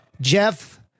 Jeff